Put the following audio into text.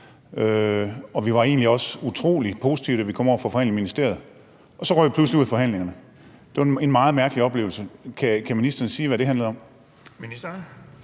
og vi var egentlig også utrolig positive, da vi kom over for at forhandle i ministeriet, men så røg vi pludselig ud af forhandlingerne. Det var en meget mærkelig oplevelse. Kan ministeren sige, hvad det handlede om?